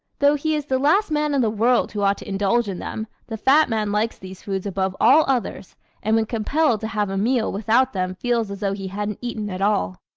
though he is the last man in the world who ought to indulge in them the fat man likes these foods above all others and when compelled to have a meal without them feels as though he hadn't eaten at all.